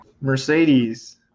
Mercedes